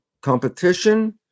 competition